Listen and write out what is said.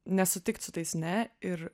nesutikti su tais ne ir